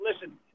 listen